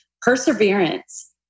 Perseverance